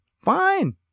Fine